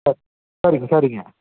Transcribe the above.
சரிங்க சரிங்க